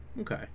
Okay